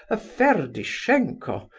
a ferdishenko,